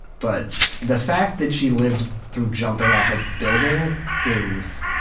but the fact that she lived through jumping off a building is.